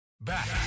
Back